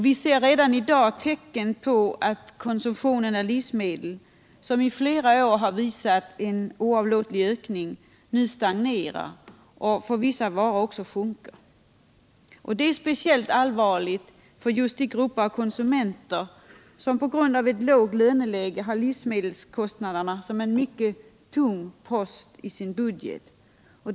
Vi ser redan tecken på att konsumtionen av livsmedel, som i flera år har visat en oavlåtlig ökning, nu stagnerar och för vissa varor sjunker. Det är speciellt allvarligt för de grupper av konsumenter som på grund av ett lågt löneläge har livsmedelskostnaderna som en mycket tung post i sin budget.